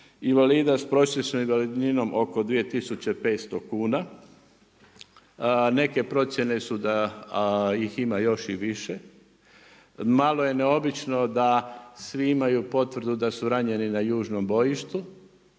invalida sa prosječnom invalidninom oko 2500 kuna, neke procjene su da ih ima još i više. Malo je neobično da svi imaju potvrdu da su ranjeni na južnom bojištu.